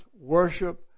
worship